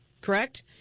Correct